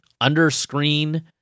under-screen